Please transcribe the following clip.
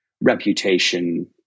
reputation